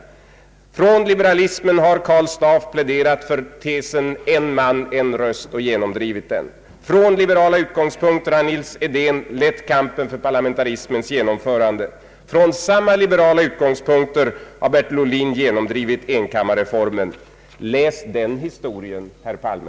Utifrån liberalismen har Karl Staaff pläderat för tesen ”En man, en röst” och varit med om att genomdriva den. Från liberala utgångspunkter har Nils Edén lett kampen för parlamentarismens genomförande. Från samma liberala utgångspunkter har Bertil Ohlin genomdrivit enkammarreformen. Läs den historien, herr Palme!